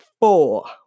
four